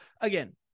Again